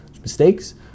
mistakes